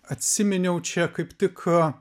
atsiminiau čia kaip tik